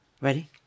Ready